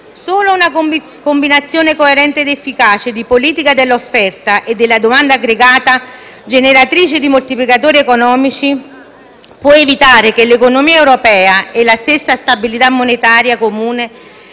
Solo una combinazione coerente ed efficace di politica dell'offerta e della domanda aggregata, generatrice di moltiplicatori economici, può evitare che l'economia europea e la stessa stabilità monetaria comune